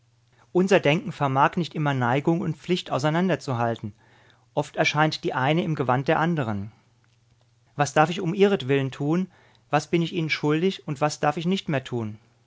unser denken vermag nicht immer neigung und pflicht auseinanderzuhalten oft erscheint die eine im gewand der andern was darf ich um ihretwillen tun was bin ich ihnen schuldig und was darf ich nicht mehr tun